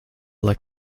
like